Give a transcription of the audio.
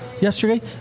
yesterday